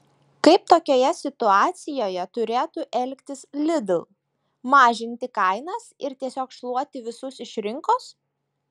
kaip tokioje situacijoje turėtų elgtis lidl mažinti kainas ir tiesiog šluoti visus iš rinkos